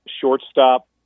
shortstop